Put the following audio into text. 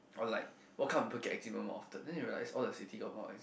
or like what kind of more often then you realise all the cities got more eczema